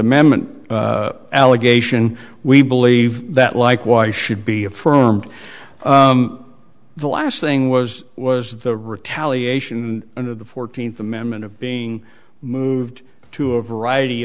amendment allegation we believe that like why should be affirmed the last thing was was the retaliation under the fourteenth amendment of being moved to a variety